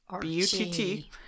B-U-T-T